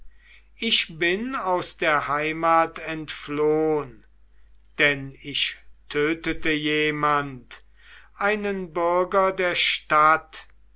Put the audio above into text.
ich bin auch aus der heimat entflohn denn ich tötete jemand einen bürger der stadt